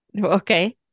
Okay